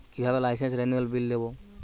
কিভাবে লাইসেন্স রেনুয়ালের বিল দেবো?